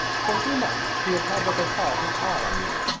for two months he has had what they call his eye on me.